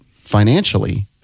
financially